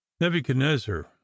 Nebuchadnezzar